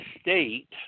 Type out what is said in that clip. state